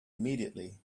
immediately